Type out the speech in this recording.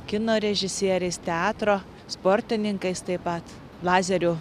kino režisieriais teatro sportininkais taip pat lazerių